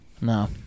No